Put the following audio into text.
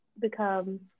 become